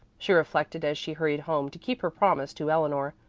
she reflected as she hurried home to keep her promise to eleanor.